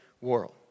world